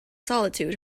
solitude